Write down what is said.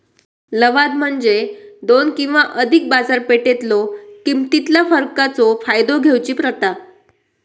लवाद म्हणजे दोन किंवा अधिक बाजारपेठेतलो किमतीतला फरकाचो फायदा घेऊची प्रथा